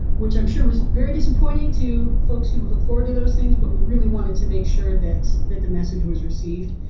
which i'm sure was very disappointing to folks who look forward to those things but we really wanted to make sure that that the message was received.